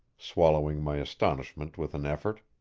swallowing my astonishment with an effort.